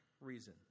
reason